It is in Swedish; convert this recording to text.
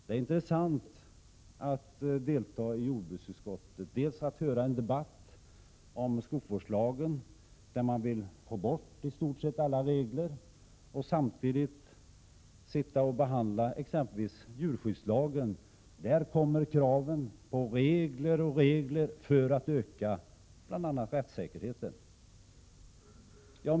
Det är intressant att delta i jordbruksutskottets arbete. Man får dels höra en debatt om skogsvårdslagen, där de borgerliga vill ta bort i stort sett alla regler, dels vara med om att behandla exempelvis djurskyddslagen, där det ställs krav på regler och åter regler, bl.a. för att öka rättssäkerheten.